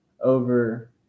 over